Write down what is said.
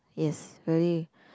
yes really